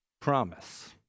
promise